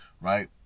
right